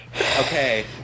okay